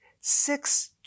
six